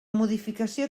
modificació